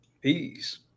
Peace